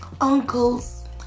uncles